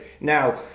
Now